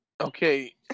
Okay